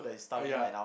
uh uh ya